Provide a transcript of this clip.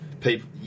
people